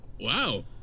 wow